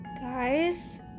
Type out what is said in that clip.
Guys